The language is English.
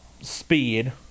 speed